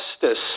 justice